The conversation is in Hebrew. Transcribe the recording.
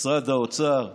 משרד האוצר,